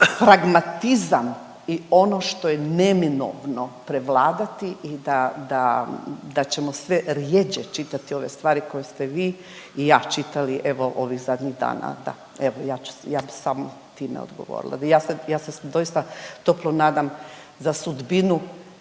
ipak pragmatizam i ono što je neminovno prevladati i da, da, da ćemo sve rjeđe čitati ove stvari koje ste vi i ja čitali evo ovih zadnjih dana. Da, evo i ja ću, ja bi samo time odgovorila. Ja se doista toplo nadam za sudbinu